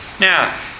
Now